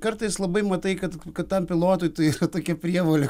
kartais labai matai kad kad tam pilotui tai yra tokia prievolė